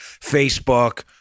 Facebook